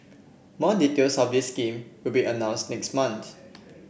more details of this scheme will be announced next month